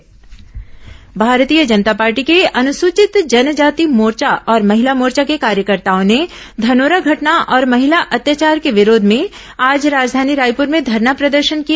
महिला सुरक्षा भाजपा धरना भारतीय जनता पार्टी के अनुसूचित जनजाति मोर्चा और महिला मोर्चा के कार्यकर्ताओं ने धनोरा घटना और महिला अत्याचार के विरोध में आज राजधानी रायपूर में धरना प्रदर्शन किया